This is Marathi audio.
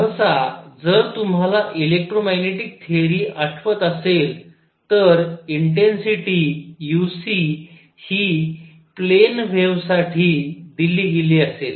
सहसा जर तुम्हाला इलेक्ट्रोमॅग्नेटिक थेरी आठवत असेल तर इंटेन्सिटी uc हि प्लेन वेव्हसाठी दिली गेली असेल